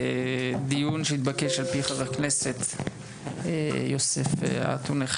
דיון שהתבקש על ידי חבר הכנסת יוסף עטאונה,